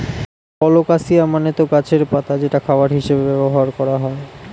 colocasia মানে তো গাছের পাতা যেটা খাবার হিসেবে ব্যবহার করা হয়